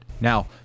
Now